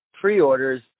pre-orders